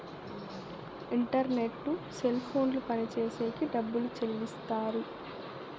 internet cell ఫోన్లు పనిచేసేకి డబ్బులు చెల్లిస్తారు